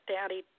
Daddy